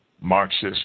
Marxist